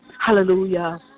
Hallelujah